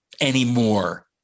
anymore